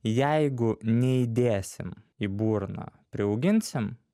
jeigu neįdėsim į burną priauginsim